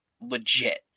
legit